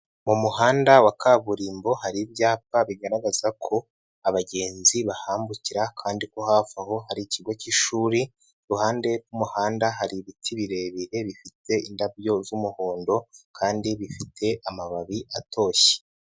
Mu muhanda wa kaburimbo hari ibyapa bigaragaza ko abagenzi bahambukira kandi ko hafi aho hari ikigo cy'ishuri, iruhande rw'umuhanda hari ibiti birebire bifite indabyo z'umuhondo kandi bifite amababi atoshye.